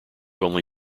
only